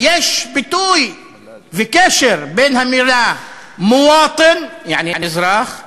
יש ביטוי וקשר בין המילה "מוואטן", יעני, אזרח,